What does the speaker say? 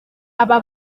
aba